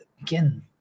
again